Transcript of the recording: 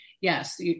yes